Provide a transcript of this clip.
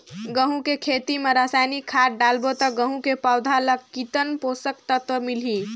गंहू के खेती मां रसायनिक खाद डालबो ता गंहू के पौधा ला कितन पोषक तत्व मिलही?